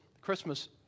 Christmas